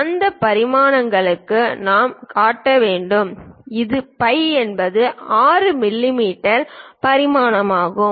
அந்த பரிமாணங்களுக்கு நாம் காட்ட வேண்டும் இது பை என்பது 6 மில்லிமீட்டர் பரிமாணமாகும்